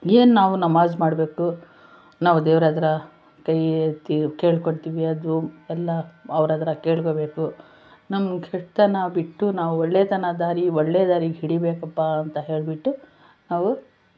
ಏನು ನಾವು ನಮಾಜ್ ಮಾಡಬೇಕು ನಾವು ದೇವರ ಹತ್ತಿರ ಕೈ ಎತ್ತಿ ಕೇಳ್ಕೊಳ್ತೀವಿ ಅದು ಎಲ್ಲ ಅವರ ಹತ್ತಿರ ಕೇಳ್ಕೊಬೇಕು ನಮ್ಮ ಕೆಟ್ಟತನ ಬಿಟ್ಟು ನಾವು ಒಳ್ಳೆಯತನ ದಾರಿ ಒಳ್ಳೆಯ ದಾರಿ ಹಿಡಿಬೇಕಪ್ಪಾ ಅಂತ ಹೇಳಿಬಿಟ್ಟು ನಾವು